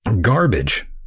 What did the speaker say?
garbage